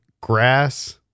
grass